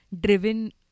driven